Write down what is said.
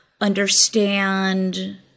understand